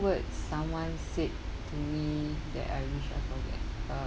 words someone said to me that I wish I forget uh